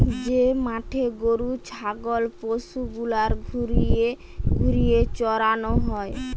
যে মাঠে গরু ছাগল পশু গুলার ঘুরিয়ে ঘুরিয়ে চরানো হয়